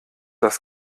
das